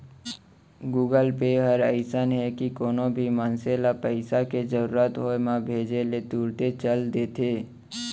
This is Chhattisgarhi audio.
गुगल पे हर अइसन हे कि कोनो भी मनसे ल पइसा के जरूरत होय म भेजे ले तुरते चल देथे